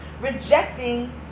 rejecting